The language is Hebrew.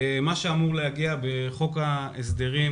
מה שאמור להגיע בחוק ההסדרים,